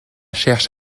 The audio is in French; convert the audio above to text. cherche